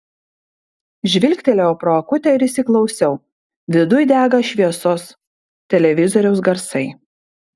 žvilgtelėjau pro akutę ir įsiklausiau viduj dega šviesos televizoriaus garsai